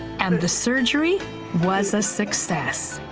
and the surgery was a success.